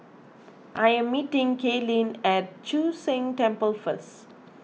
I am meeting Kaelyn at Chu Sheng Temple first